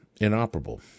inoperable